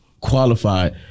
qualified